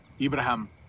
Ibrahim